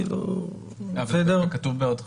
זה כתוב בעד חוקים.